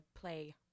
play